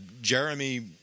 Jeremy